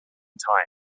time